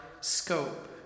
scope